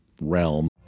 realm